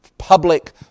Public